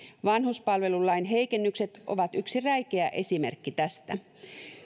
vanhuspalvelulain heikennykset ovat yksi räikeä esimerkki tästä